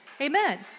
Amen